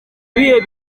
ibihe